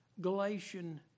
Galatian